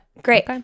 Great